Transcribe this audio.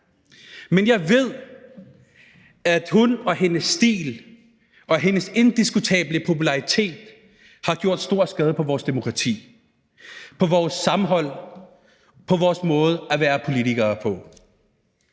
men jeg ved, at hun og hendes stil og hendes indiskutable popularitet har gjort stor skade på vores demokrati, på vores sammenhold og på vores måde at være politikere på.